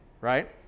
right